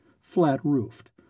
flat-roofed